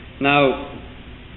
Now